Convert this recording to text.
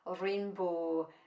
rainbow